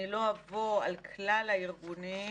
אני לא אעבור על כלל הארגונים,